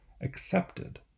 accepted